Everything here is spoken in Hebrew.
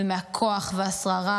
מהכוח ומהשררה,